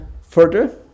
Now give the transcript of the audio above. further